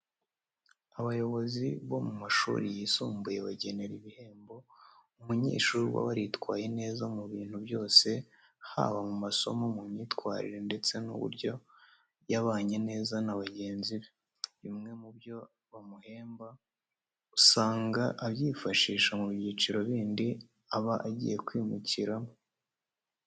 Abayobozi bo mu mashuri yisumbuye bagenera ibihembo umunyeshuri uba waritwaye neza mu bintu byose haba mu masomo, mu myitwarire ndetse n'uburyo yabanye neza na bagenzi be. Bimwe mu byo bamuhemba usanga abyifashisha mu byiciro bindi aba agiye kwimukiramo.